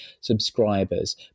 subscribers